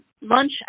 Lunch